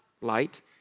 light